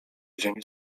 ziemi